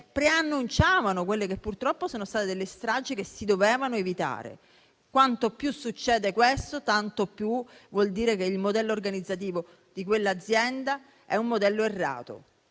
preannunciavano quelle che purtroppo sono state delle stragi che si dovevano evitare. Quanto più succede questo, tanto più vuol dire che il modello organizzativo di quell'azienda è un modello errato.